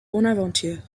bonaventure